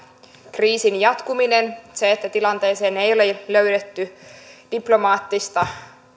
kriisin jatkuminen se että tilanteeseen ei ole löydetty diplomaattista